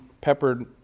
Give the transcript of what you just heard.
peppered